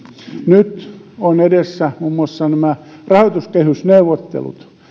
nyt ovat edessä muun muassa rahoituskehysneuvottelut